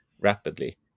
rapidly